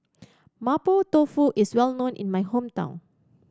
Mapo Tofu is well known in my hometown